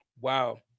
Wow